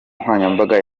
nkoranyambaga